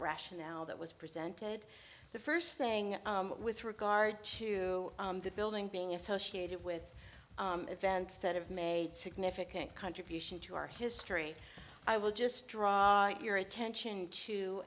rationale that was presented the first thing with regard to the building being associated with events that have made significant contribution to our history i will just draw your attention to